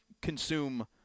consume